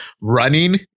running